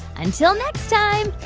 until next time,